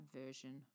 version